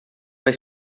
vai